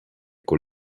con